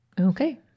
Okay